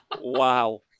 wow